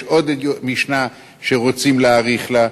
יש עוד משנה שרוצים להאריך לה.